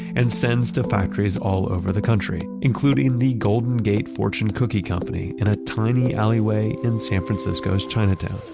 and sends to factories all over the country, including the golden gate fortune cookie company in a tiny alleyway in san francisco's chinatown